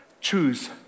choose